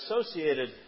associated